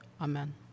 Amen